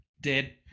dead